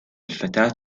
الفتاة